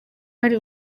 hari